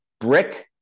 brick